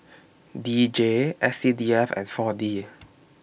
D J S C D F and four D